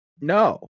no